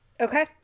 Okay